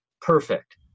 perfect